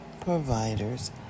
providers